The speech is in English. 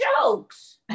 jokes